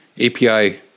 API